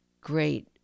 great